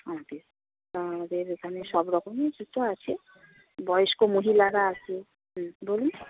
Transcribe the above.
আমাদের আমাদের এখানে সব রকমেই জুতো আছে বয়স্ক মহিলারা আসে বলুন